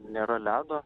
nėra ledo